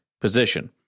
position